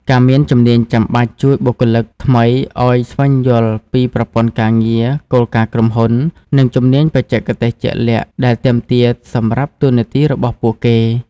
ការមានជំនាញចាំបាច់ ជួយបុគ្គលិកថ្មីឲ្យស្វែងយល់ពីប្រព័ន្ធការងារ គោលការណ៍ក្រុមហ៊ុន និងជំនាញបច្ចេកទេសជាក់លាក់ដែលទាមទារសម្រាប់តួនាទីរបស់ពួកគេ។